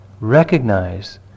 recognize